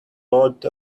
bought